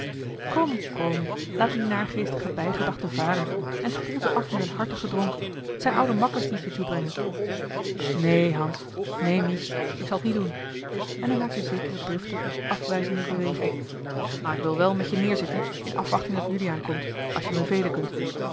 kom kom laat die naargeestige bijgedachten varen en spoel ze af met een hartigen dronk t zijn oude makkers die t je toebrengen neen hans neen mich ik zal t niet doen en hij maakte zekere driftige afwijzende beweging maar ik wil wel met je neêrzitten in afwachting dat juliaan komt als je me velen kunt